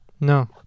No